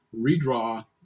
redraw